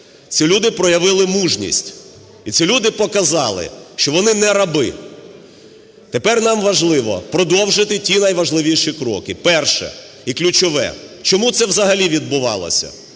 ці люди проявили мужність, і ці люди показали, що вони не раби. Тепер нам важливо продовжити ті найважливіші кроки. Перше і ключове. Чому це взагалі відбувалося?